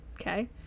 okay